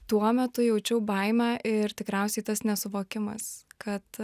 tuo metu jaučiau baimę ir tikriausiai tas nesuvokimas kad